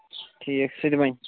ٹھیٖک سُہ تہِ بَنہِ